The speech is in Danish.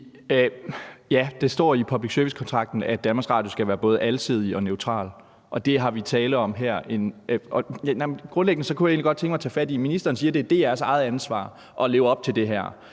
Ja, det står i public service-kontrakten, at DR skal være både alsidige og neutrale. Men grundlæggende kunne jeg egentlig godt tænke mig at tage fat i det, ministeren siger, nemlig at det er DR's eget ansvar at leve op til det her.